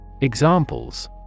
Examples